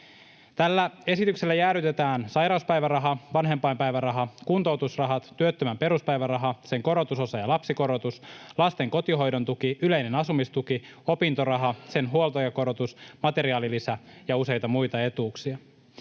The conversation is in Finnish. Tällä esityksellä jäädytetään sairauspäiväraha, vanhempainpäiväraha, kuntoutusrahat, työttömän peruspäiväraha, sen korotusosa ja lapsikorotus, lasten kotihoidon tuki, yleinen asumistuki, opintoraha, sen huoltajakorotus, materiaalilisä ja useita muita etuuksia.